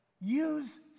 use